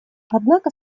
однако